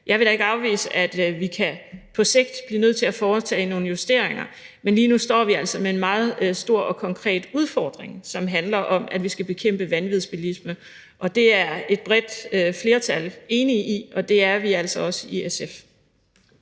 Jeg vil da ikke afvise, at vi på sigt kan blive nødt til at foretage nogle justeringer, men lige nu står vi altså med en meget stor og konkret udfordring, som handler om, at vi skal bekæmpe vanvidsbilisme. Det er et bredt flertal enig i, og det er vi altså også i SF.